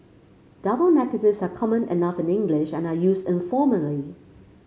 double negatives are common enough in English and are used informally